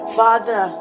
father